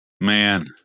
Man